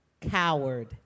coward